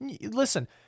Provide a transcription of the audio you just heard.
Listen